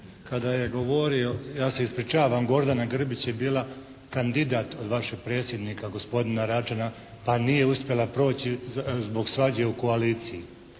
kada je govorio, ja se ispričavam Gordana Grbić je bila kandidat od vašeg predsjednika gospodina Račana a nije uspjela proći zbog svađe u koaliciji.